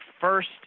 first